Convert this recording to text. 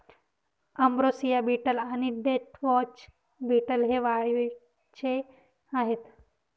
ambrosia beetle आणि deathwatch beetle हे वाळवीचे आहेत